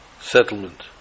settlement